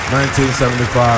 1975